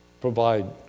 provide